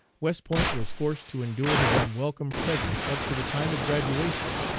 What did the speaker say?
west point was forced to endure his unwelcome presence up to the time of graduation.